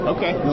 Okay